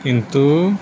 କିନ୍ତୁ